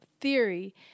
theory